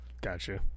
Gotcha